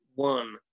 One